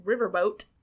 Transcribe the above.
Riverboat